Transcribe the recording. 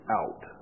out